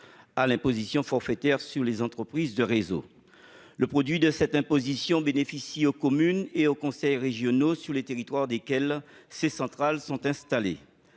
à l'imposition forfaitaire sur les entreprises de réseaux (Ifer). Le produit de cette imposition profite aux communes et aux conseils régionaux sur les territoires desquels ces centrales sont installées.